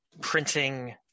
printing